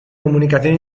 comunicación